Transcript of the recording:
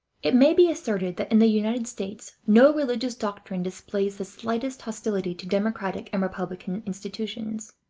it may be asserted that in the united states no religious doctrine displays the slightest hostility to democratic and republican institutions.